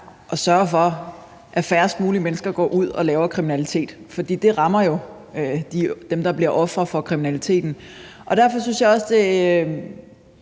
at sørge for, at færrest mulige mennesker går ud og laver kriminalitet, for det rammer jo dem, der bliver ofre for kriminaliteten. Derfor synes jeg også,